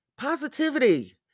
Positivity